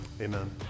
Amen